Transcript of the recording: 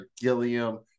Gilliam